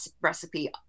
recipe